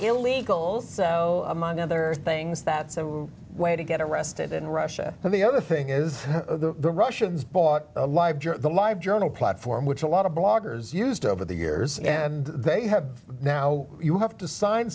illegals so among other things that so way to get arrested in russia but the other thing is the russians bought live during the live journal platform which a lot of bloggers used over the years and they have now you have to sign